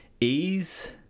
ease